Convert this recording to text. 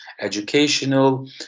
educational